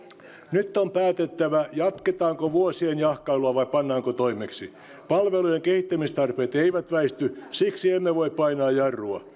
nyt on päätettävä jatketaanko vuosien jahkailua vai pannaanko toimeksi palvelujen kehittämistarpeet eivät väisty siksi emme voi painaa jarrua